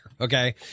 okay